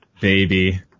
baby